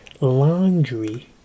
laundry